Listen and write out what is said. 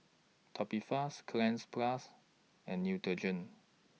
Tubifast Cleanz Plus and Neutrogena